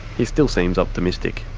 he still seems optimistic.